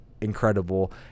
incredible